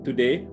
Today